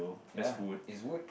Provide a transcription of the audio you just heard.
ya it's wood